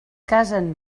casen